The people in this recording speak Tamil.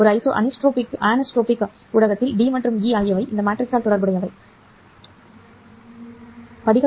ஒரு அனிசோட்ரோபிக் ஊடகத்தில் ́D மற்றும் ́E ஆகியவை இந்த மேட்ரிக்ஸால் தொடர்புடையவை எனவே பல ஆப்டிகல் கூறுகள்